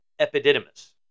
epididymis